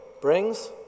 brings